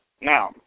Now